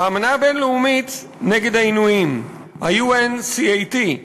האמנה הבין-לאומית נגד העינויים, ה-UNCUT,